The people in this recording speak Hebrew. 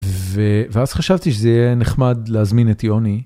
ואז חשבתי שזה יהיה נחמד להזמין את יוני.